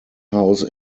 house